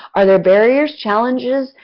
are there barriers, challenges?